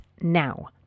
now